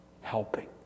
helping